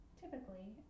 typically